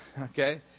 okay